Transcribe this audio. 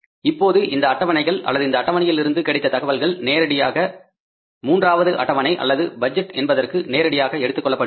இப்போது இந்த அட்டவணைகள் அல்லது இந்த அட்டவணையில் இருந்து கிடைத்த தகவல்கள் நேரடியாக மூன்றாவது அட்டவணை அல்லது பட்ஜெட் என்பதற்கு நேரடியாக எடுத்துக் கொள்ளப்படுகின்றன